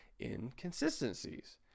inconsistencies